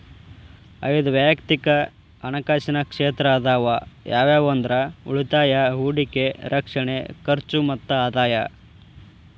ಐದ್ ವಯಕ್ತಿಕ್ ಹಣಕಾಸಿನ ಕ್ಷೇತ್ರ ಅದಾವ ಯಾವ್ಯಾವ ಅಂದ್ರ ಉಳಿತಾಯ ಹೂಡಿಕೆ ರಕ್ಷಣೆ ಖರ್ಚು ಮತ್ತ ಆದಾಯ